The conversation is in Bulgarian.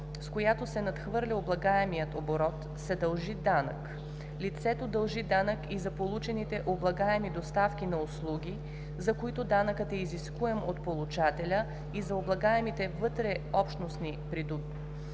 с която се надхвърля облагаемият оборот, се дължи данък. Лицето дължи данък и за получените облагаеми доставки на услуги, за които данъкът е изискуем от получателя и за облагаемите вътреобщностни придобивания,